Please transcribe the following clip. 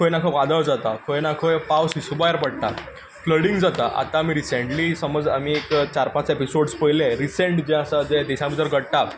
खंय ना खंय वादळ जाता खंय ना खंय पावस हिस्पा भायर पडटा फ्लडींग जाता आतां आमी रिसेंटली समज आमी एक चार पांच एपिसोड्स पयले रिसेंट जे आसा जे देशा भितर घडटात